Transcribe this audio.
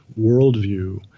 worldview